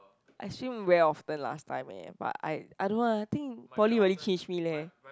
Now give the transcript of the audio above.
I swim way often last time eh but I I don't know lah I think poly really change me leh